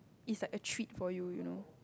is like a treat for you you know